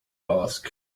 asked